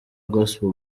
gospel